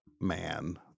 man